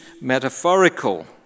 metaphorical